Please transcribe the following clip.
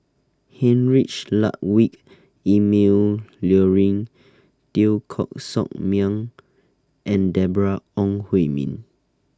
Heinrich Ludwig Emil Luering Teo Koh Sock Miang and Deborah Ong Hui Min